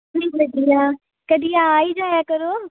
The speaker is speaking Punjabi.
ਜੀ ਵਧੀਆ ਕਦੇ ਆ ਹੀ ਜਾਇਆ ਕਰੋ